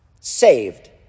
saved